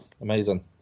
amazing